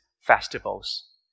festivals